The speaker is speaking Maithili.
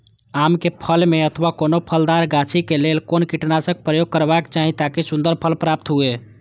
आम क फल में अथवा कोनो फलदार गाछि क लेल कोन कीटनाशक प्रयोग करबाक चाही ताकि सुन्दर फल प्राप्त हुऐ?